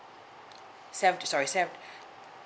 seventy sorry sev~